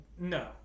No